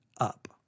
up